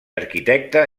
arquitecte